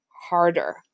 harder